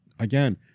Again